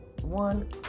one